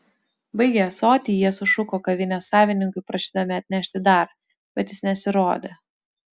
baigę ąsotį jie sušuko kavinės savininkui prašydami atnešti dar bet jis nesirodė